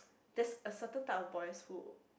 there's a certain type of boys who